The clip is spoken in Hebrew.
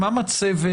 מה מצבת